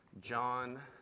John